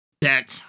deck